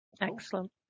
excellent